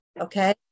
Okay